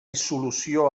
dissolució